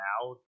now